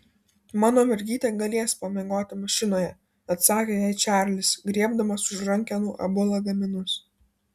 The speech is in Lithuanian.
mano mergytė galės pamiegoti mašinoje atsakė jai čarlis griebdamas už rankenų abu lagaminus